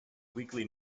weekly